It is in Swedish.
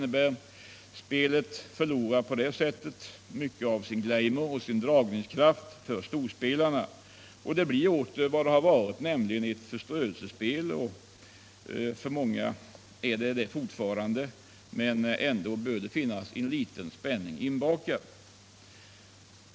Ett sådant förbud skulle medföra att spelet förlorade sin glamour, sin dragningskraft för storspelarna, och åter blir det förströelsespel det varit — och för många ännu är — med ändå en liten spänning inbakad.